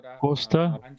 Costa